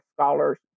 scholars